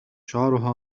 شعرها